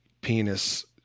penis